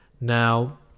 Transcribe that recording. Now